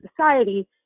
society